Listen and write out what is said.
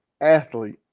athlete